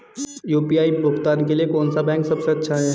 UPI भुगतान के लिए कौन सा बैंक सबसे अच्छा है?